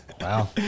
Wow